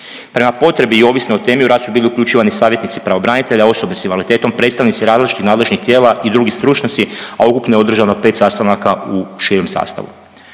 Prema potrebi i ovisno o temi u rad su bili uključivani savjetnici pravobranitelja, osobe s invaliditetom, predstavnici različitih nadležnih tijela i drugi stručnjaci, a ukupno je održano 5 sastanaka u širem sastavu.